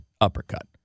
uppercut